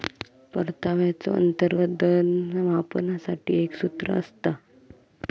परताव्याचो अंतर्गत दर मापनासाठी एक सूत्र असता